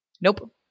Nope